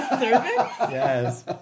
yes